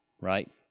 right